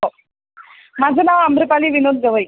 हो माझं नाव आम्रपाली विनोद गवई